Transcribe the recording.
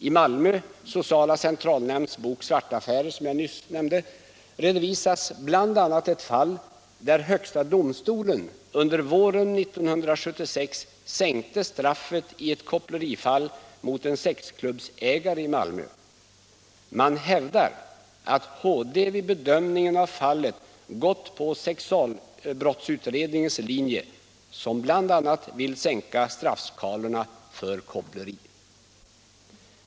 I Malmö sociala centralnämnds bok Svarta affärer redovisas bl.a. ett fall där högsta domstolen under våren 1975 sänkte straffet i ett kopplerimål mot en sexklubbsägare i Malmö. Man hävdar att HD vid bedömningen av fallet gått på sexualbrottsutredningens linje, som bl.a. vill sänka straffskalorna för koppleri.